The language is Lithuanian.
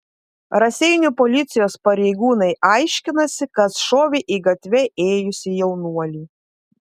raseinių policijos pareigūnai aiškinasi kas šovė į gatve ėjusį jaunuolį